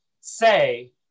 say